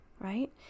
right